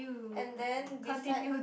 and then beside